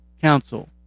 Council